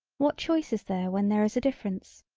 what choice is there when there is a difference.